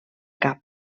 cap